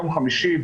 ביום חמישי,